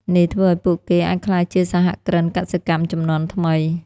នេះធ្វើឱ្យពួកគេអាចក្លាយជាសហគ្រិនកសិកម្មជំនាន់ថ្មី។